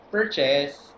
Purchase